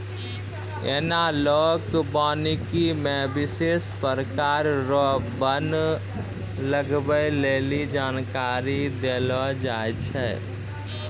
एनालाँक वानिकी मे विशेष प्रकार रो वन लगबै लेली जानकारी देलो जाय छै